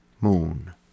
moon